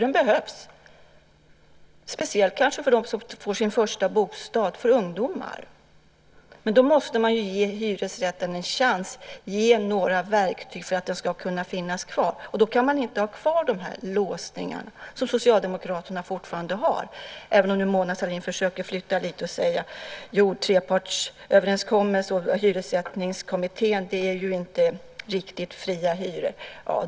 De behövs, speciellt kanske för dem som får sin första bostad, för ungdomar. Men då måste man ge hyresrätten en chans, ge några verktyg för att den ska kunna finnas kvar. Då kan man inte ha kvar de låsningar som Socialdemokraterna fortfarande har, även om Mona Sahlin försöker flytta lite och säga att trepartsöverenskommelsen och Hyressättningskommittén inte är riktigt fria hyror.